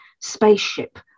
spaceship